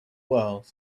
world